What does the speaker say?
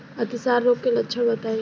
अतिसार रोग के लक्षण बताई?